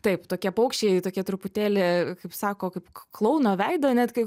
taip tokie paukščiai tokie truputėlį kaip sako kaip k klouno veido net kai